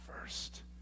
first